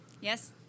Yes